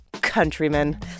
countrymen